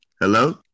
Hello